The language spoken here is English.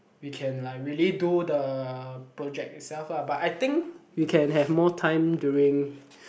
we can like really do the project itself lah but I think we can have more time during